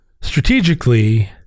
strategically